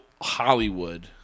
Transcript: hollywood